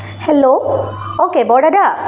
hello অঁ কেবৰ দাদা